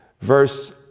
Verse